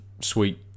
sweet